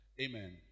Amen